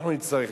אנחנו נצטרך,